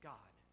God